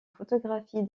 photographies